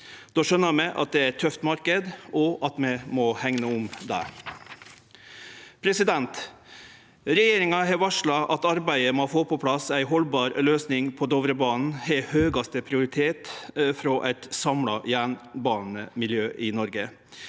Då skjønar vi at det er ein tøff marknad, og at vi må hegne om dei. Regjeringa har varsla at arbeidet med å få på plass ei haldbar løysing på Dovrebanen har høgaste prioritet frå eit samla jernbanemiljø i Noreg.